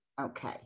Okay